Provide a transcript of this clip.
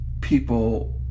people